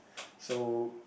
so